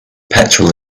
petrol